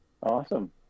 Awesome